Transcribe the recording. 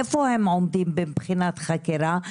איפה הם עומדים מבחינת חקירה?